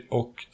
och